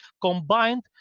combined